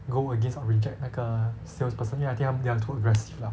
go against or reject 那个 salesperson 因为 I think 他们 they are like too aggressive lah